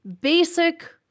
basic